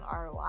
roi